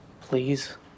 Please